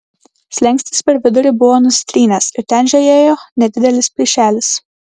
slenkstis per vidurį buvo nusitrynęs ir ten žiojėjo nedidelis plyšelis